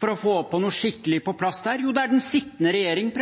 for å få noe skikkelig på plass der? Jo, den sittende regjeringen.